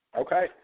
Okay